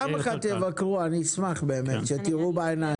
פעם אחת תבקרו, אני אשמח באמת שתראו בעיניים.